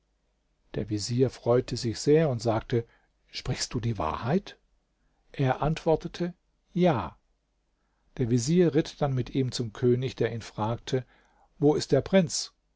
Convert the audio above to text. der vezier freute sich sehr und sagte sprichst du die wahrheit er antwortete ja der vezier ritt dann mit ihm zum könig der ihn fragte wo ist der prinz